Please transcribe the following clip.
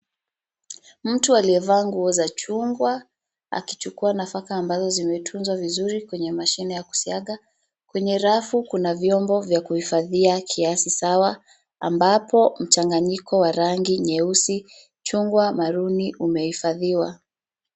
Mtu aliyevaa nguo za chungwa, akichukua nafaka ambazo zimetunzwa vizuri kwenye mashine ya kusiaga. Kwenye rafu kuna vyombo vya kuhifadhia kiasi sawa ambapo mchanganyiko wa rangi nyeusi, chungwa maruni umehifadhiwa.